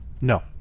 No